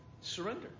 Surrender